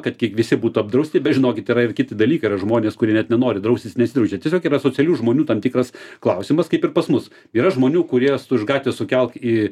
kad kiek visi būtų apdrausti bet žinokit yra ir kiti dalykai yra žmonės kurie net nenori draustis nesidraudžia tiesiog yra asocialių žmonių tam tikras klausimas kaip ir pas mus yra žmonių kuriuos tu iš gatvės sukelk į